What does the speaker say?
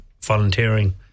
volunteering